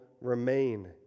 remain